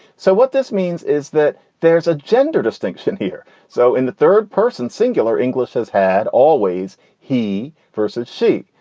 so what this means is that there's a gender distinction here so in the third person, singular english has had always he versus she.